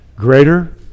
Greater